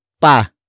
pa